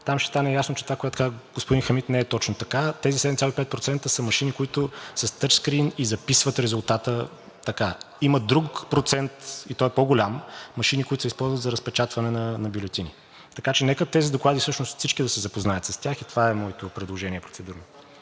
там ще стане ясно, че това, което каза господин Хамид, не е точно така. Тези 7,5% са машини, които са с тъчскрийн и записват резултата така. Има друг процент машини, и той е по-голям, които се използват за разпечатване на бюлетини. Така че нека тези доклади всъщност всички да се запознаят с тях и това е моето процедурно